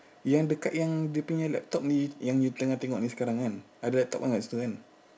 yang dekat yang dia punya laptop ini yang you tengah tengok ini sekarang kan ada laptop kan dekat situ kan